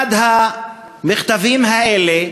אחד המכתבים האלה